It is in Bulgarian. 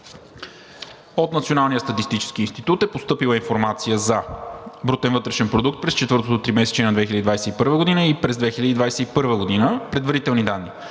От Националния статистически институт е постъпила информация за брутен вътрешен продукт през четвъртото тримесечие на 2021 г. и през 2021 г. – предварителни данни,